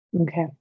Okay